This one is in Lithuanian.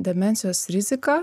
demencijos riziką